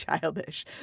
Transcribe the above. childish